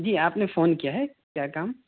جی آپ نے فون کیا ہے کیا کام